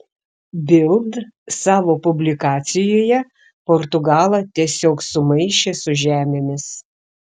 bild savo publikacijoje portugalą tiesiog sumaišė su žemėmis